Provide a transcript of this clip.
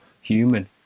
human